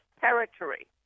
territory